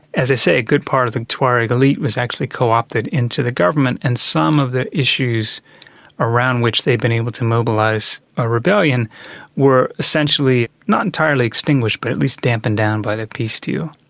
as i say, a good part of the tuareg elite was actually co-opted into the government and some of the issues around which they'd been able to mobilise a rebellion were essentially, not entirely extinguished, but at least dampened down by the peace deal.